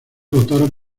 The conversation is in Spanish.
votaron